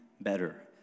better